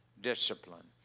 discipline